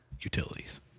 utilities